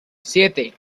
siete